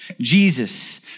Jesus